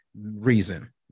reason